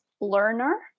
learner